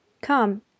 Come